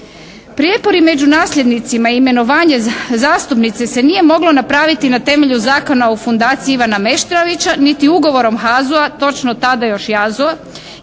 Prijepori među nasljednicima imenovanje zastupnice se nije moglo napraviti na temelju Zakona o fundaciji Ivana Meštrovića, niti ugovorom HAZU-a, točno tada još JAZU-a